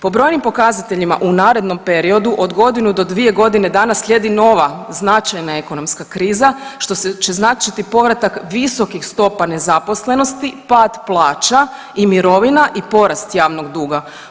Po brojnim pokazateljima u narednom periodu od godinu do dvije godine dana slijedi nova značajna ekonomska kriza što će značiti povratak visokih stopa nezaposlenosti, pad plaća i mirovina i porast javnog duga.